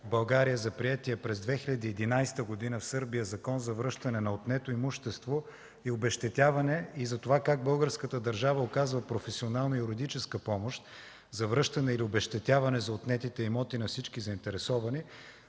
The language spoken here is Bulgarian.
България за приетия през 2011 г. в Сърбия Закон за връщане на отнето имущество и обезщетяване и за това как българската държава оказва професионална юридическа помощ за връщане или обезщетяване за отнетите имоти на всички заинтересовани,